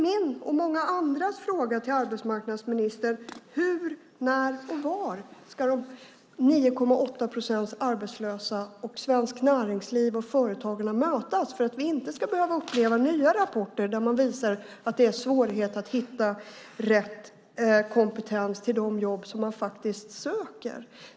Min och många andras fråga till arbetsmarknadsministern är: Hur, när och var ska de 9,8 procenten arbetslösa och Svenskt Näringsliv och företagarna mötas för att vi inte ska behöva uppleva nya rapporter där man visar att det är svårighet att hitta rätt kompetens till de jobb som faktiskt finns?